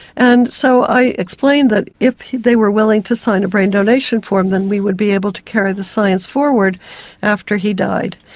and so i explained that if they were willing to sign a brain donation form then we would be able to carry the science forward after he died.